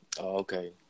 Okay